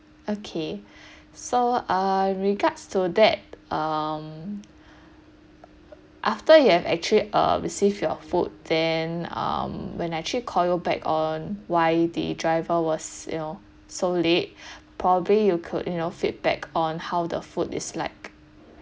okay so uh regards to that um after you have actually uh receive your food then um when I actually call you back on why the driver was you know so late probably you could you know feedback on how the food is like